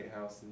house